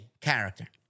character